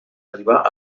arribar